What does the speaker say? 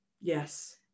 yes